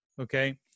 Okay